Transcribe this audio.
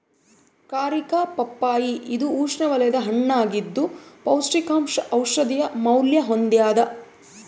ಕಾರಿಕಾ ಪಪ್ಪಾಯಿ ಇದು ಉಷ್ಣವಲಯದ ಹಣ್ಣಾಗಿದ್ದು ಪೌಷ್ಟಿಕಾಂಶ ಔಷಧೀಯ ಮೌಲ್ಯ ಹೊಂದ್ಯಾದ